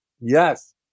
Yes